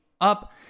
up